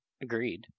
agreed